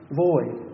void